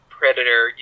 predator